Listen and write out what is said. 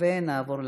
ונעבור להצבעה.